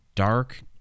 Dark